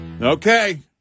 Okay